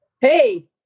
Hey